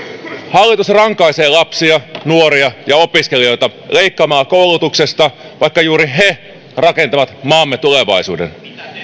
hallitus rankaisee lapsia nuoria ja opiskelijoita leikkaamalla koulutuksesta vaikka juuri he rakentavat maamme tulevaisuuden